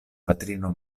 patrino